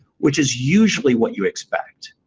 which is usually what you expect.